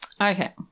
Okay